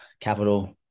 capital